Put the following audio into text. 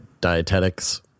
dietetics